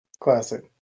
Classic